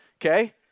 Okay